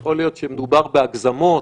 יכול להיות שמדובר בהגזמות,